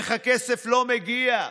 איך הכסף לא מגיע?